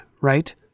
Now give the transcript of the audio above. right